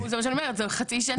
זה מה שאני אומרת, זה רק חצי שנה.